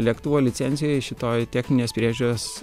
lėktuvo licencijoj šitoj techninės priežiūros